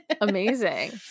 amazing